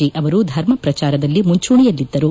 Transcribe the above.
G ಅವರು ಧರ್ಮ ಪ್ರಚಾರದಲ್ಲಿ ಮುಂಚೂಣಿಯಲ್ಲಿದ್ದರು